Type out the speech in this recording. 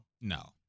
No